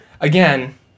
again